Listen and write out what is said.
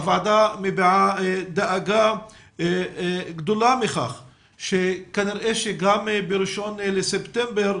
הוועדה מביעה דאגה גדולה מכך שכנראה גם ב-1 בספטמבר